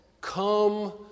come